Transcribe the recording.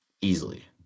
easily